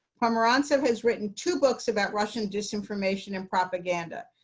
pomerantsev has written two books about russian disinformation and propaganda.